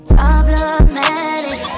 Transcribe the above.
Problematic